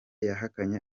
yahakanye